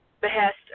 behest